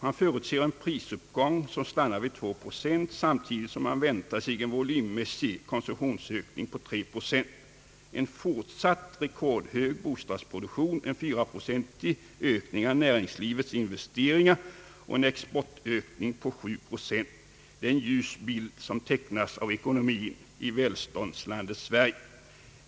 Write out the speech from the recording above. Man förutser en prisuppgång som stannar vid 2 procent samtidigt som man väntar sig en volymmässig konsumtionsökning på 3 procent, en fortsatt rekordhög bostadsproduktion, en 4 procentig ökning av näringslivets investeringar och en exportökning på 7 procent. Det är en ljus bild som tecknas av ekonomin i välståndslandet Sverige.